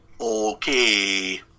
Okay